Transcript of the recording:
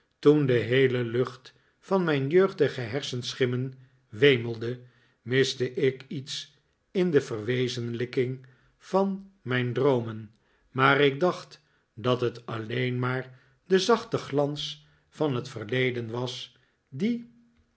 toen de heele lucht van mijn jeugdige hersenschimmen wemelde miste ik iets in de verwezenlijking van mijn droomen maar ik dacht dat het alleen maar de zachte glans van het verleden was die